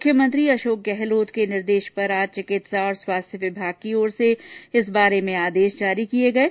मुख्यमंत्री अशोक गहलोत के निर्देश पर आज चिकित्सा और स्वास्थ्य विभाग की ओर से इस बारे में आदेश जारी किये गये